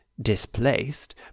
displaced